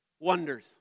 Wonders